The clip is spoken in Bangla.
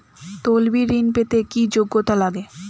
তলবি ঋন পেতে কি যোগ্যতা লাগে?